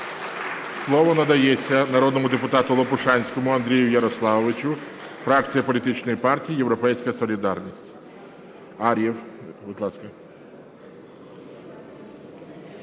Слово надається народному депутату Лопушанському Андрію Ярославовичу, фракція політичної партії "Європейська солідарність".